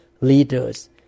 leaders